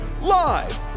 live